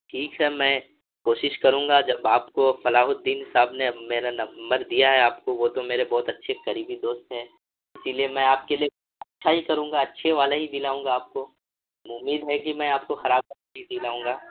ٹھیک ہے میں کوشش کروں گا جب آپ کو صلاح الدین صاحب نے میرا نمبر دیا ہے آپ کو وہ تو میرے بہت اچھے قریبی دوست ہیں اسی لیے میں آپ کے لیے اچھا ہی کروں گا اچھے والا ہی دلاؤں گا آپ کو امید ہے کہ میں آپ کو خراب تو نہیں دلاؤں گا